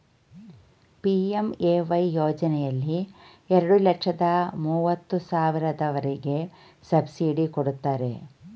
PMAY ಯೋಜನೆಯಲ್ಲಿ ಎರಡು ಲಕ್ಷದ ಮೂವತ್ತು ಸಾವಿರದವರೆಗೆ ಸಬ್ಸಿಡಿ ಕೊಡ್ತಾರೆ